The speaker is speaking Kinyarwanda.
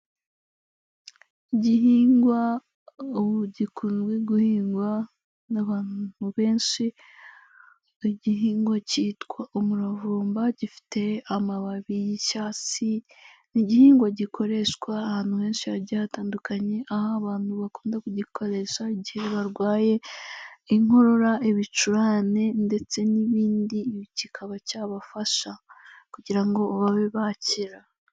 Igihingwa ubu gikunze guhingwa n'abantu benshi, igihingwa cyitwa umuravumba, gifite amababi y'icyatsi. Ni gihingwa gikoreshwa ahantu henshi hagiye hatandukanye, aho abantu bakunda kugikoresha igihe barwaye inkorora, ibicurane ndetse n'ibindi. Kikaba cyabafasha kugira ngo babe bakira.